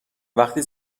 وقتی